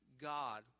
God